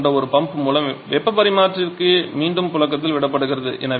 8 கொண்ட ஒரு பம்ப் மூலம் வெப்பப் பரிமாற்றிக்கு மீண்டும் புழக்கத்தில் விடப்படுகிறது